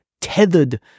tethered